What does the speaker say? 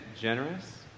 generous